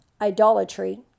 idolatry